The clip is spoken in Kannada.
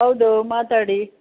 ಹೌದು ಮಾತಾಡಿ